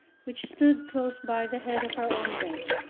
which stood close by the head of her own bed,